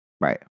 Right